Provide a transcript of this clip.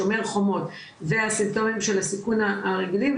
שומר חומות והסימפטומים של הסיכון הרגילים,